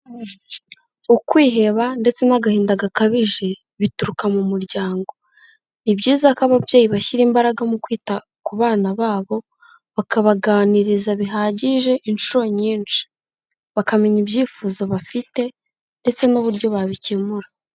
Ukwiheba ndetse n'agahinda gakabije, bituruka mu muryango. Ni byiza ko ababyeyi bashyira imbaraga mu kwita ku bana babo, bakabaganiriza bihagije inshuro nyinshi. Bakamenya ibyifuzo bafite, ndetse n'uburyo babikemura.